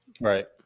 Right